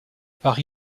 par